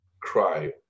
cry